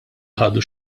ħadu